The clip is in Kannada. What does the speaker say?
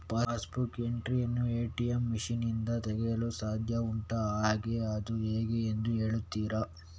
ಪಾಸ್ ಬುಕ್ ಎಂಟ್ರಿ ಯನ್ನು ಎ.ಟಿ.ಎಂ ಮಷೀನ್ ನಿಂದ ತೆಗೆಯಲು ಸಾಧ್ಯ ಉಂಟಾ ಹಾಗೆ ಅದು ಹೇಗೆ ಎಂದು ಹೇಳುತ್ತೀರಾ?